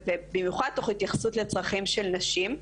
ובמיוחד תוך התייחסות לצרכים של נשים.